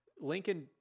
Lincoln